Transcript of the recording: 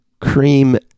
cream